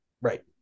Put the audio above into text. Right